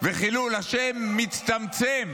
וחילול השם מצטמצם